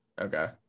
Okay